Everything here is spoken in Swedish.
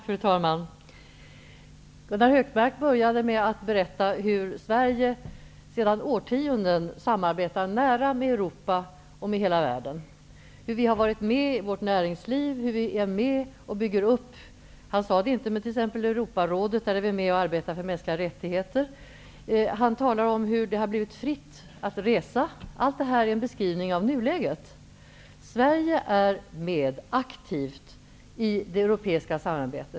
Fru talman! Gunnar Hökmark började med att berätta om hur Sverige sedan årtionden samarbetar nära med Europa och med hela världen. Han talade om hur vårt näringsliv har varit med i samarbetet. Han nämnde inte exempelvis Europarådet, men det har vi varit med och byggt upp, och där är vi med och arbetar för mänskliga rättigheter. Han talade också om hur det har blivit fritt att resa. Allt det här är en beskrivning av nuläget. Sverige är med aktivt i det europeiska samarbetet.